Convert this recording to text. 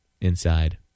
inside